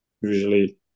usually